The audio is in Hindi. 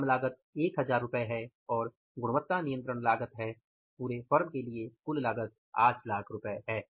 श्रम लागत 1000 रु है गुणवत्ता नियंत्रण लागत है पूरे फर्म के लिए कुल लागत 800000 रु है